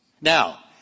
Now